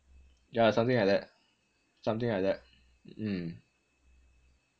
yah something like that something like that mm